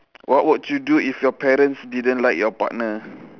what would you do if your parents didn't like your partner